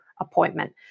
appointment